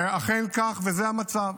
ואכן כך, וזה המצב.